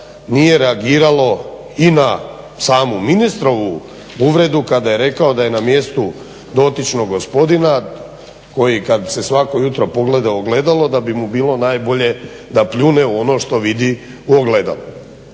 nije reagiralo i na samu ministrovu uvredu kada je rekao da je na mjestu dotičnog gospodina koji kad se svako jutro pogleda u ogledalo da bi mu bilo najbolje da pljune u ono što vidi u ogledalu.